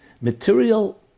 material